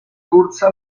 corsa